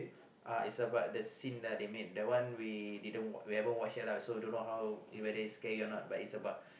uh is about the sin lah they make that one we didn't we haven't watch yet lah so don't know how if whether scary or not but is about